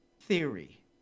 Theory